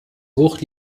hoch